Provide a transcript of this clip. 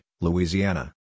Louisiana